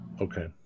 Okay